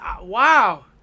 wow